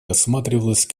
рассматривалась